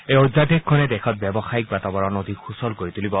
এই অধ্যাদেশখনে দেশত ব্যৱসায়িক বাতাবৰণ অধিক সূচল কৰি তুলিব